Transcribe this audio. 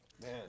Man